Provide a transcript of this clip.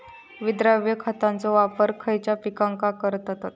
विद्राव्य खताचो वापर खयच्या पिकांका करतत?